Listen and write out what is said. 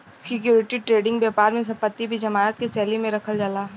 security trading बैपार में संपत्ति भी जमानत के शैली में रखल जाला